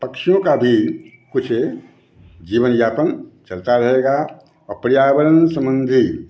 पक्षियों का भी कुछ जीवन यापन चलता रहेगा और पर्यावरण संबंधी